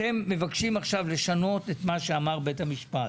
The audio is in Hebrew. אתם מבקשים עכשיו לשנות את מה שאמר בית המשפט.